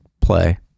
play